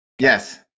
yes